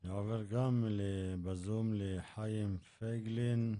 אני עובר לחיים פייגלין בזום,